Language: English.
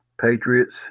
Patriots